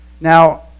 Now